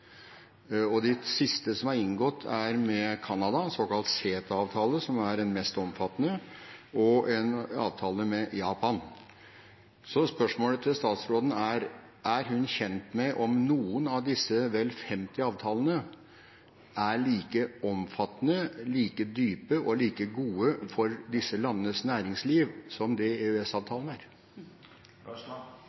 og de siste som er inngått, er en avtale med Canada, en såkalt CETA-avtale, som er den mest omfattende, og en avtale med Japan. Spørsmålet til statsråden er: Er hun kjent med om noen av disse vel 50 avtalene er like omfattende, like dype og like gode for disse landenes næringsliv som det EØS-avtalen er?